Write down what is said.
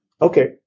Okay